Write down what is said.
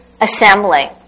assembly